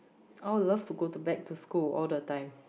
oh love to go to back to school all the time